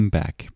back